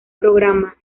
programa